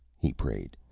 he prayed.